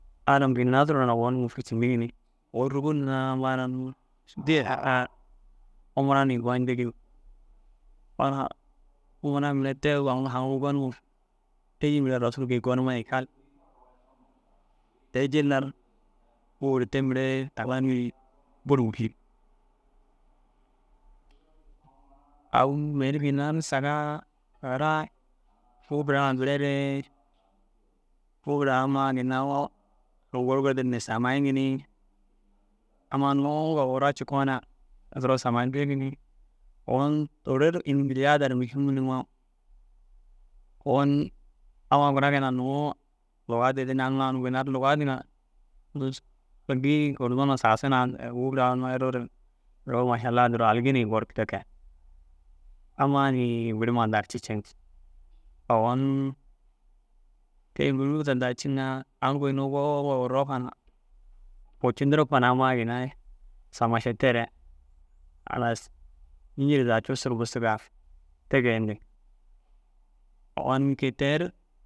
Alam ginna duro na ogona ŋûfur ciindigini. Ogon rûgur na amma ara unnu umra na goyindigi. Ogon umra mire te agu haŋum gonuŋoo êji mire rosul gii gonime gii kal. Te- i jillan, ŋûfur te mire taŋan nii buru mihim. Agu mêri ginna ru saga taara ŋûfur ai mire re ŋûfur amma ginna u goru goru du ni samayiŋi ni. Amma nuu uŋgo wura cikoo na duro samayindigi ni ogon toore ini ziyaada ru buru mihim numoo ogon amma gura ginna nuu logaa dîdin aŋ ai unnu ginna ru logaa dîiŋa gii sagasun ai unnu ŋûfur ai erroore duro maša- allah duro aligi ni gortig te kee. Amma nii birima darci ceen. Ogon ke- i biruu raa darciŋa aŋ goynoo wicindire kogoo na amma ginna i samašeteere halas nîjir zaga cussu ru busugaa te geyindig. Ogo ke- i teri